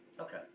Okay